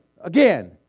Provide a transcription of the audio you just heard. Again